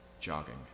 Jogging